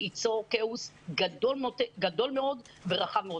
ייווצר כאוס גדול מאוד ורחב מאוד.